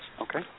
okay